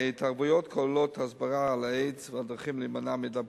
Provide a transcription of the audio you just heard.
ההתערבויות כוללות הסברה על איידס והדרכים להימנע מהידבקות,